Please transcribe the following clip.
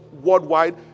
worldwide